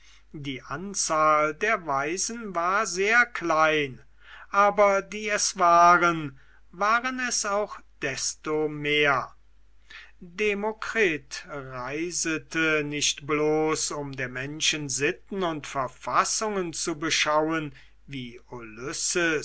die anzahl der weisen war sehr klein aber die es waren waren es auch desto mehr demokritus reisete nicht bloß um der menschen sitten und verfassungen zu beschauen wie